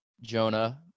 Jonah